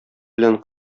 белән